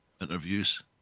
interviews